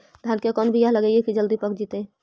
धान के कोन बियाह लगइबै की जल्दी पक जितै?